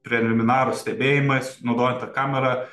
preliminarūs stebėjimais naudojant tą kamerą